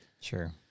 Sure